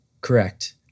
Correct